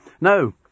No